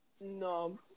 no